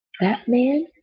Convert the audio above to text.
Batman